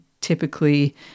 typically